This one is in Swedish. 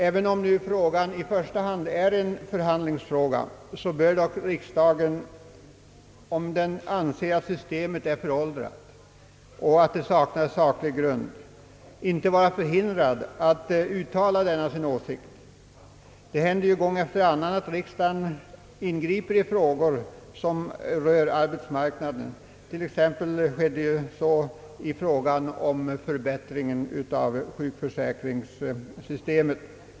Även om det i första hand gäller en förhandlingsfråga, bör dock riksdagen, om den anser att systemet är föråldrat och att det inte finns någon saklig grund för detsamma, inte vara förhindrad att uttala denna sin åsikt. Det händer ju gång efter annan att riksdagen ingriper i frågor som rör arbetsmarknaden. Så skedde t.ex. i frågan om förbättringen av sjukförsäkrvingssystemet.